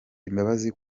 imbabazi